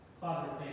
Father